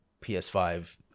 ps5